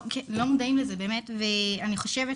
לא מודעים לזה באמת ואני חושבת